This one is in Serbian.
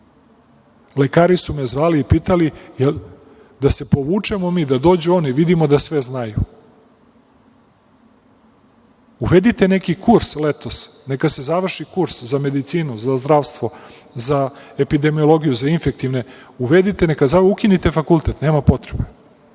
ljude. Lekari su me zvali i pitali – da li da se povučemo mi, da dođu oni, vidimo da sve znaju? Uvedite neki kurs letos, neka se završi kurs za medicinu, za zdravstvo, za epidemiologiju, za infektivne bolesti, uvedite, neka završe, ukinite fakultet, nema potrebe.